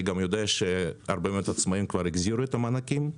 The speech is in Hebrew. אני גם יודע שהרבה מאוד עצמאים כבר החזירו את המענקים.